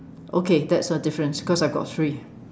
okay that's a difference cause I've got three